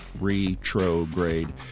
retrograde